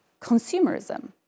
consumerism